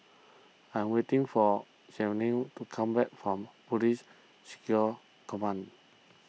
I am waiting for Jaylene to come back from Police Security Command